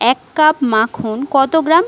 এক কাপ মাখন কত গ্রাম